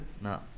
No